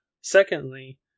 Secondly